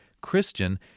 Christian